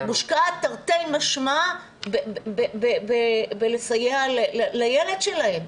תרתי משמע בלסייע לילד שלהם.